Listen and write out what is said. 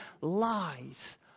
Lies